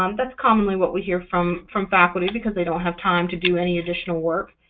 um that's commonly what we hear from from faculty, because they don't have time to do any additional work.